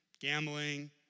gambling